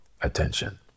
attention